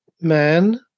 man